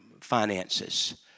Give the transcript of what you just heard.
finances